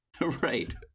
Right